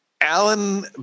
Alan